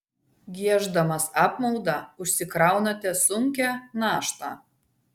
gieždamas apmaudą užsikraunate sunkią naštą